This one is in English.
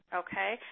okay